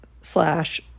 slash